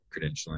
credentialing